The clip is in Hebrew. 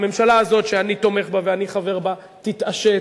הממשלה הזאת, שאני תומך בה ואני חבר בה, תתעשת,